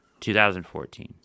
2014